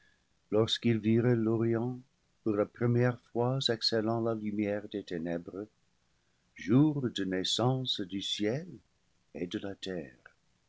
lorsqu'ils virent l'orient pour la première fois exhalant la lumière des té nèbres jour de naissance du ciel et de la terre